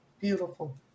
Beautiful